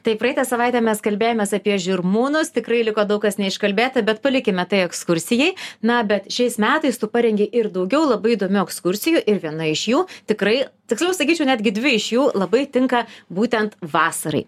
tai praeitą savaitę mes kalbėjomės apie žirmūnus tikrai liko daug kas neiškalbėta bet palikime tai ekskursijai na bet šiais metais tu parengei ir daugiau labai įdomių ekskursijų ir viena iš jų tikrai tiksliau sakyčiau netgi dvi iš jų labai tinka būtent vasarai